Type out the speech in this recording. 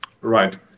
Right